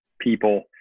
people –